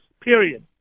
Period